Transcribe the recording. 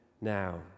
now